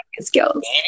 skills